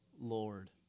Lord